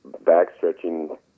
back-stretching